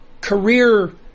career